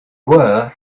were